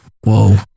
Whoa